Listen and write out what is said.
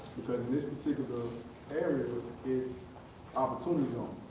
because this particular area is opportunity zone.